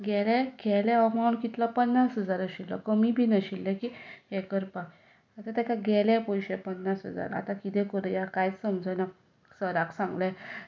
गेले केले अमावंट कितलो पन्नास हजार आशिल्लो कमीय बी नाशिल्लें की हें करपाक आतां ताका गेले पयशे पन्नास हजार आतां किदें करया कांयच समजना सराक सांगलें